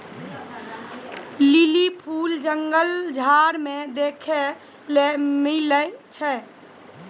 lily फूल जंगल झाड़ मे देखै ले मिलै छै